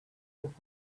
with